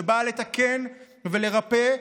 שבאה לתקן ולרפא,